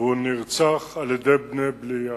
והוא נרצח על-ידי בני בליעל.